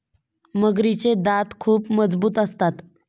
मगरीचे दात खूप मजबूत असतात